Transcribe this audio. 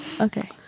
Okay